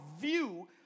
view